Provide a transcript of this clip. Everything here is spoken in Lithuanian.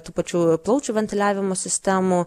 tų pačių plaučių ventiliavimo sistemų